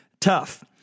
tough